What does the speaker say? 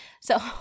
So-